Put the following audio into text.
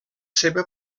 seva